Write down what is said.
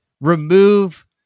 remove